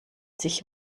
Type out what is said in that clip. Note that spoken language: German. sich